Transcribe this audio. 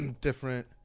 different